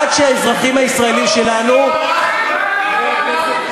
לא עושים עונש קולקטיבי.